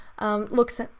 looks